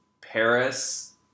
Paris